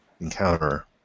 encounter